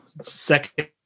Second